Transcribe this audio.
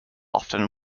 often